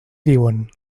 diuen